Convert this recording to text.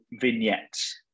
vignettes